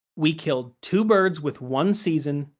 we killed two birds with one season,